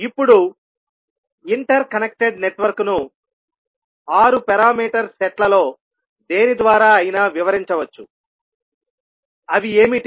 ఇప్పుడు inter connected నెట్వర్క్ను 6 parameter సెట్లలో దేని ద్వారా అయినా వివరించవచ్చు అవి ఏమిటి